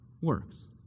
works